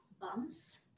bums